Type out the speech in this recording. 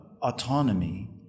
autonomy